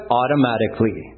automatically